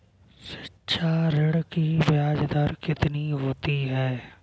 शिक्षा ऋण की ब्याज दर कितनी होती है?